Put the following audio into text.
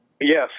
Yes